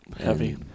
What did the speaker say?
Heavy